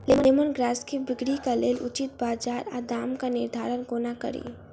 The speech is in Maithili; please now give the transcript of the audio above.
लेमन ग्रास केँ बिक्रीक लेल उचित बजार आ दामक निर्धारण कोना कड़ी?